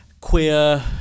Queer